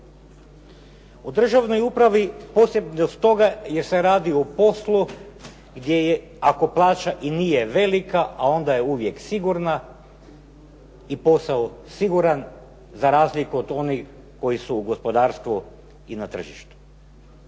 U državnoj upravi, posebice stoga jer se radi o poslu gdje je ako plaća i nije velika, a onda je uvijek sigurna i posao siguran za razliku od onih koji su u gospodarstvu i na tržištu.